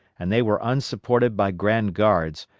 and they were unsupported by grand guards,